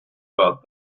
about